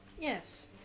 Yes